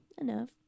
enough